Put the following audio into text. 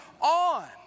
on